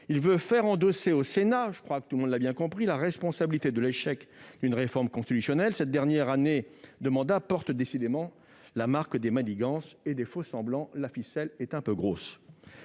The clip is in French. seulement faire endosser au Sénat- je crois que tout le monde l'a bien compris -, la responsabilité de l'échec d'une réforme constitutionnelle. Cette dernière année de mandat porte décidément la marque des manigances et des faux-semblants. La ficelle est un peu grosse